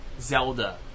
Zelda